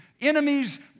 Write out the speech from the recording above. enemies